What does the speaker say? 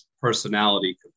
personality